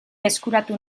eskuratu